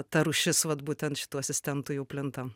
ta rūšis vat būtent šitų asistentų jau plinta